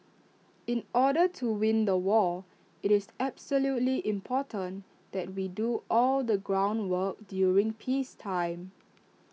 in order to win the war IT is absolutely important that we do all the groundwork during peacetime